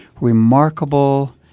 remarkable